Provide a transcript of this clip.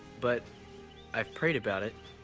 but i've prayed about it